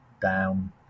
down